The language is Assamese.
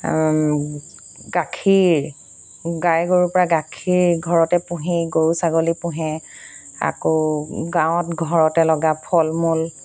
গাখীৰ গাই গৰুৰ পৰা গাখীৰ ঘৰতে পুহি গৰু ছাগলী পোহে আকৌ গাঁৱত ঘৰতে লগা ফল মূল